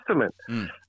Testament